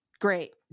Great